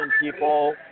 people